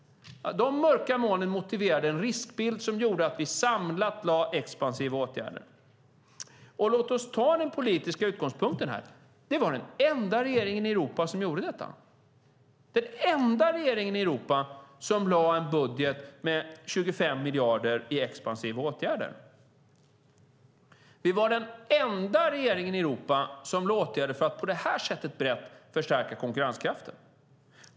De mörka molnen motiverade en riskbild som gjorde att vi samlat lade fram expansiva åtgärder. Låt oss ta den politiska utgångspunkten här. Vi var den enda regering i Europa som gjorde detta, den enda regering i Europa som lade fram en budget med 25 miljarder i expansiva åtgärder. Vi var den enda regering i Europa som lade fram åtgärder för att på det här sättet brett förstärka konkurrenskraften.